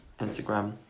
Instagram